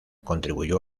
contribuyó